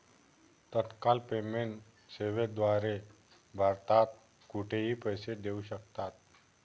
तत्काळ पेमेंट सेवेद्वारे भारतात कुठेही पैसे देऊ शकतात